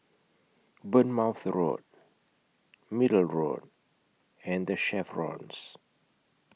Bournemouth Road Middle Road and The Chevrons